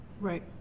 Right